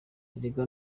erega